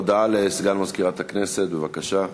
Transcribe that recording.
הודעה לסגן מזכירת הכנסת, בבקשה.